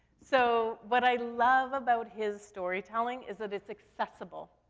so what i love about his storytelling is that it's accessible.